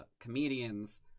comedians